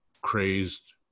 crazed